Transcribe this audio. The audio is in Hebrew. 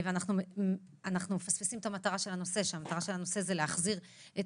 ואנחנו מפספסים את המטרה של הנושא שהיא להחזיר את